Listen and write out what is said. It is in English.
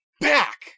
back